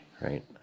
right